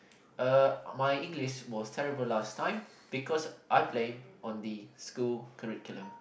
err my English was terrible last time because I blame on the school curriculum